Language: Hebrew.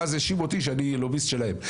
ואז האשימו אותי שאני לוביסט שלהם.